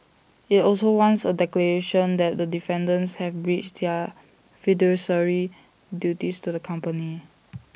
IT also wants A declaration that the defendants have breached their fiduciary duties to the company